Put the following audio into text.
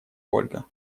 ольга